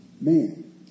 man